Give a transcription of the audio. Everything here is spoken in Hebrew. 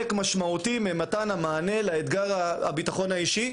משמעותי ממתן המענה לאתגר הביטחון האישי,